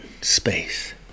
space